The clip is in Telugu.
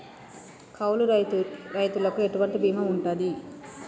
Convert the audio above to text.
కౌలు రైతులకు ఎటువంటి బీమా ఉంటది?